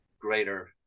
greater